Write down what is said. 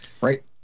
right